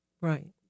Right